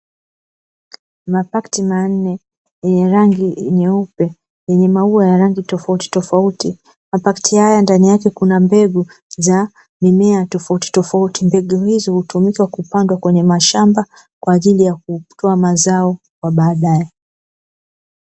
Mapakiti manne yenye rangi nyeupe yenye maua ya rangi tofautitofauti, mapakiti haya ndani yake kuna mbegu za mimea tofautitofauti. Mbegu hizo hutumika kupanda kwenye mashamba kwa ajili ya kutoa mazao kwa baadae.